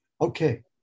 Okay